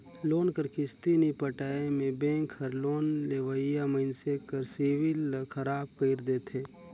loan कर किस्ती नी पटाए में बेंक हर लोन लेवइया मइनसे कर सिविल ल खराब कइर देथे